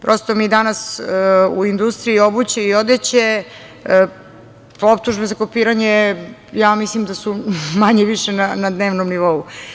Prosto, mi danas u industriji obuće i odeće po optužbi za kopiranje, ja mislim da su, manje više na dnevnom nivou.